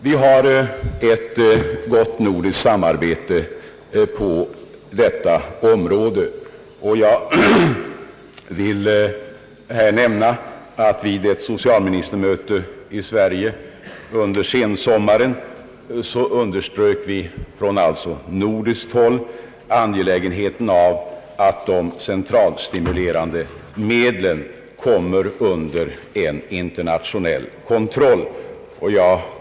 Vi har ett värdefullt nordiskt samarbete på detta område, och jag vill här nämna att vid ett socialministermöte i Sverige under sensommaren underströks från nordiskt håll angelägenheten av att de centralstimulerande medlen kommer under en internationell kontroll.